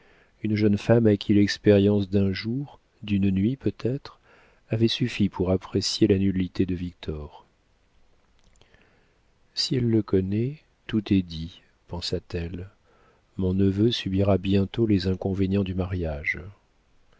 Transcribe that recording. une jeune femme à qui l'expérience d'un jour d'une nuit peut-être avait suffi pour apprécier la nullité de victor si elle le connaît tout est dit pensa-t-elle mon neveu subira bientôt les inconvénients du mariage